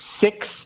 six